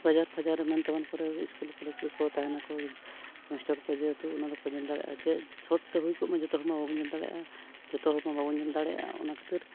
ᱵᱟᱡᱟᱨ ᱯᱷᱟᱡᱟᱨ ᱮᱢᱟᱱ ᱛᱮᱢᱟᱱ ᱠᱚᱨᱮᱜ ᱥᱠᱩᱞ ᱠᱚᱞᱮᱡᱽ ᱠᱚᱨᱮᱜ ᱛᱟᱦᱮᱱᱟᱠᱚ ᱢᱟᱥᱴᱟᱨ ᱠᱚ ᱡᱮᱦᱮᱛᱩ ᱚᱱᱟ ᱫᱚᱠᱚ ᱧᱮᱞ ᱫᱟᱲᱮᱭᱟᱜᱼᱟ ᱡᱮ ᱥᱚᱨᱴ ᱛᱮ ᱦᱩᱭ ᱠᱚᱜ ᱢᱟ ᱡᱚᱛᱚ ᱦᱚᱲ ᱢᱟ ᱵᱟᱵᱚᱱ ᱧᱮᱞ ᱫᱟᱲᱮᱭᱟᱜᱼᱟ ᱡᱚᱛᱚ ᱦᱚᱲ ᱢᱟ ᱵᱟᱵᱚᱱ ᱧᱮᱞ ᱫᱟᱲᱮᱭᱟᱜᱼᱟ ᱚᱱᱟ ᱠᱷᱟᱹᱛᱤᱨ